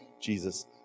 Jesus